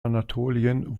anatolien